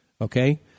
okay